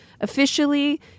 officially